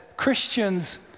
Christians